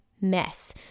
mess